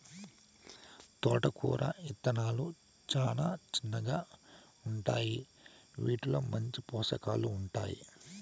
తోటకూర ఇత్తనాలు చానా చిన్నగా ఉంటాయి, వీటిలో మంచి పోషకాలు ఉంటాయి